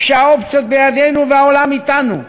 כשהאופציות בידינו והעולם אתנו,